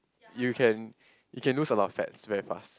you can you can lose a lot of fats very fast